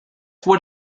what